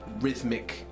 rhythmic